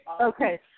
Okay